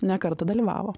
ne kartą dalyvavo